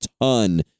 ton